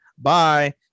bye